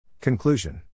Conclusion